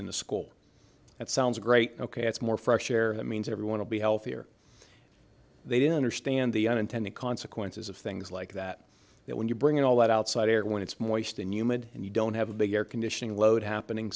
in the school that sounds great ok it's more fresh air that means everyone will be healthier they didn't or stand the unintended consequences of things like that that when you bring in all that outside air when it's more than humid and you don't have a big air conditioning load happening